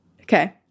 Okay